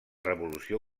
revolució